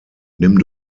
nimm